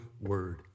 word